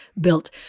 built